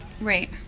right